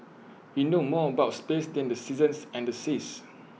we know more about space than the seasons and the seas